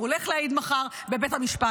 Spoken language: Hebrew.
והוא הולך להעיד מחר בבית המשפט.